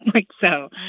like so.